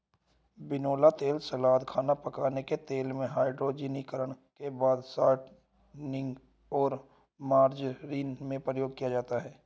बिनौला तेल सलाद, खाना पकाने के तेल में, हाइड्रोजनीकरण के बाद शॉर्टनिंग और मार्जरीन में प्रयोग किया जाता है